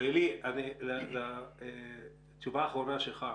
עלי, תשובה אחרונה שלך.